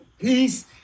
peace